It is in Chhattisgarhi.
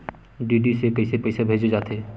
डी.डी से कइसे पईसा भेजे जाथे?